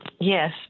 yes